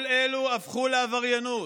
כל אלה הפכו לעבריינות.